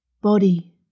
body